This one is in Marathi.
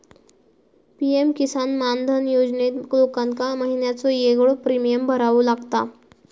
पी.एम किसान मानधन योजनेत लोकांका महिन्याचो येगळो प्रीमियम भरावो लागता